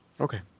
Okay